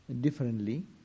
differently